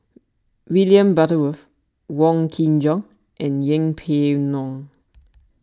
William Butterworth Wong Kin Jong and Yeng Pway Ngon